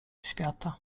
świata